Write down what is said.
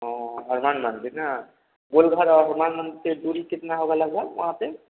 हाँ हनुमान मंदिर ना गुलघर और हनुमान मंदिर की दूरी कितनी होगी लगभग वहाँ से